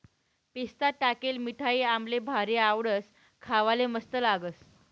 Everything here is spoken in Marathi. पिस्ता टाकेल मिठाई आम्हले भारी आवडस, खावाले मस्त लागस